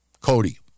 Cody